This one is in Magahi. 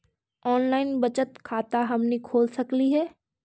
ऑनलाइन बचत खाता हमनी खोल सकली हे?